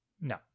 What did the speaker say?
No